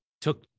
Took